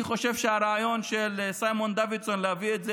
אני חושב שהרעיון של סימון דוידסון להביא את זה